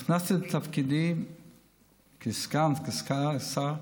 כשנכנסתי לתפקידי כסגן השר,